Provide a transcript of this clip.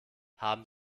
haben